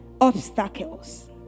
obstacles